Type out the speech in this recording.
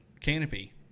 canopy